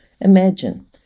Imagine